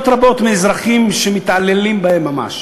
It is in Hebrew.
רבות מאזרחים על כך שמתעללים בהם ממש.